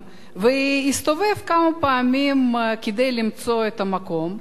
והסתובב כמה פעמים כדי למצוא מקום.